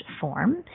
form